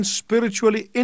spiritually